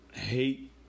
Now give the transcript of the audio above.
hate